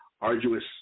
arduous